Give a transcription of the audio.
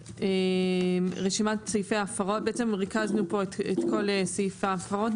ריכזנו פה את כל סעיפי ההפרות,